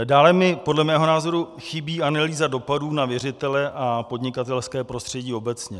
Dále mi podle mého názoru chybí analýza dopadů na věřitele a podnikatelské prostředí obecně.